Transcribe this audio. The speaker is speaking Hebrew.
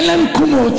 אין להם מקומות.